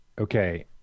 okay